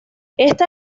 esta